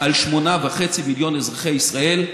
על 8.5 מיליון אזרחי ישראל.